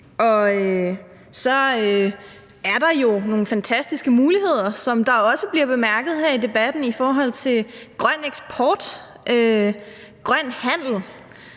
Og så er der jo nogle fantastiske muligheder, som det også bliver bemærket her i debatten i forhold til grøn eksport, grøn handel